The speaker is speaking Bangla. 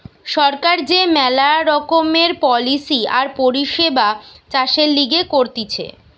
সরকার যে মেলা রকমের পলিসি আর পরিষেবা চাষের লিগে করতিছে